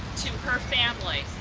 to her family.